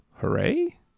hooray